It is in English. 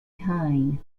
tyne